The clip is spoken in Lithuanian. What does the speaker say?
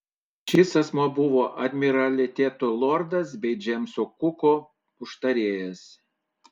šis asmuo buvo admiraliteto lordas bei džeimso kuko užtarėjas